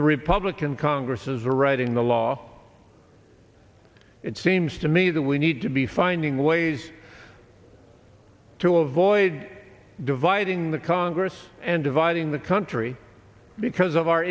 the republican congresses are writing the law it seems to me that we need to be finding ways to avoid dividing the congress and dividing the country because of our